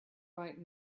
right